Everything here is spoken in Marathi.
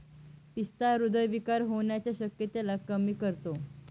पिस्ता हृदय विकार होण्याच्या शक्यतेला कमी करतो